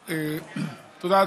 תודה.